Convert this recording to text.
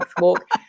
walk